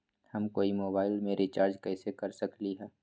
हम कोई मोबाईल में रिचार्ज कईसे कर सकली ह?